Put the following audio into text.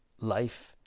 life